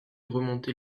remonter